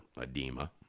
edema